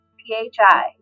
phi